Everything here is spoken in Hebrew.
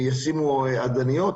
ישימו אדניות,